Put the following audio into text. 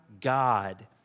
God